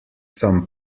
some